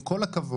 עם כל הכבוד,